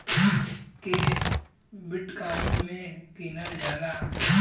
एके बिट्काइन मे गिनल जाला